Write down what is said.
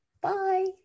Bye